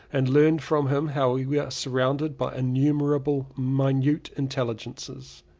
and learnt from him how we are surrounded by innumerable minute intelligences.